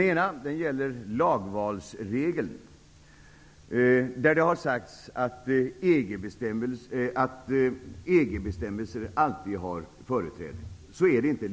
En gäller lagvalsregeln, där det har sagts att EG-bestämmelser alltid har företräde. Så är det inte.